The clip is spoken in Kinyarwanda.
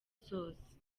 zose